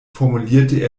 formulierte